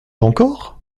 encore